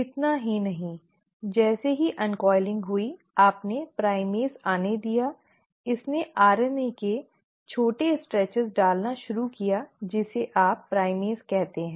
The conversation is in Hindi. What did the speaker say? इतना ही नहीं जैसे ही अन्कॉइलिंग हुई आपने प्राइमेज़ आने दिया इसने आरएनए के छोटे हिस्सों डालना शुरू किया जिसे आप प्राइमेज कहते हैं